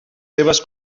seves